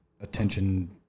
attention